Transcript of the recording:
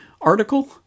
article